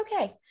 okay